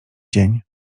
dzień